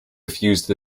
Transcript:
refused